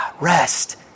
Rest